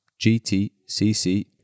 gtcc